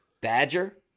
Badger